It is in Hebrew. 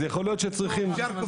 אז יכול להיות שצריך --- לא,